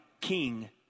king